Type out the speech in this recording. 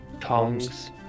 Tongs